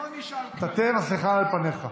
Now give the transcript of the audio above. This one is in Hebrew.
תעטה מסכה על פניך.